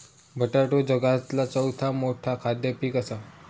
बटाटो जगातला चौथा मोठा खाद्य पीक असा